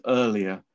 earlier